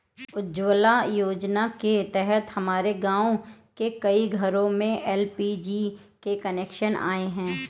उज्ज्वला योजना के तहत हमारे गाँव के कई घरों में एल.पी.जी के कनेक्शन आए हैं